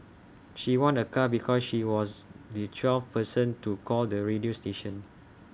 she won A car because she was the twelfth person to call the radio station